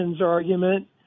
argument